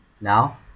Now